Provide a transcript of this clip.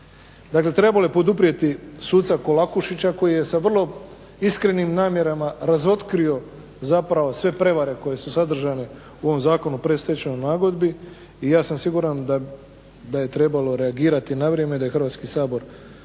Dakle, treba li poduprijeti suca Kolakušića koji je sa vrlo iskrenim namjerama razotkrio zapravo sve prevare koje su sadržane u ovom Zakonu o predstečajnoj nagodbi i ja sam siguran da je trebalo reagirati na vrijeme, da je Hrvatski sabor trebao